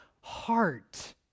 heart